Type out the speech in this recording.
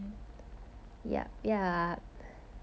okay lor 这样 lor 在看